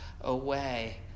away